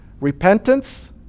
repentance